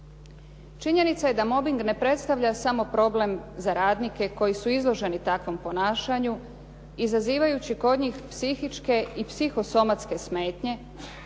Činjenica je da mobbing ne predstavlja samo problem za radnike koji su izloženi takvom ponašanju izazivajući kod njih psihičke i psiho somatske smetnje,